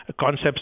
concepts